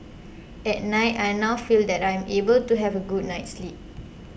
at night I now feel that I am able to have a good night's sleep